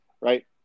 right